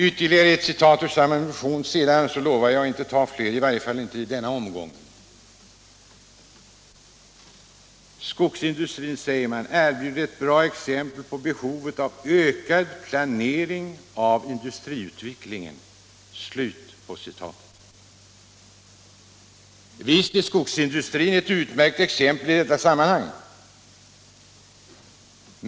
Ytterligare ett citat ur samma motion — sedan lovar jag att inte ta fler, i varje fall inte i denna omgång: ”Skogsindustrin erbjuder ett bra exempel på behovet av ökad planering av industriutvecklingen.” Visst är skogsindustrin ett utmärkt exempel i detta sammanhang.